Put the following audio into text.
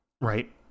right